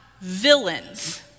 villains